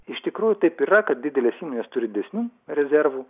iš tikrųjų taip yra kad didelės įmonės turi didesnių rezervų